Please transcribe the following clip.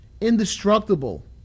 indestructible